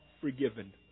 forgiven